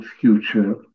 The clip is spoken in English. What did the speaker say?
future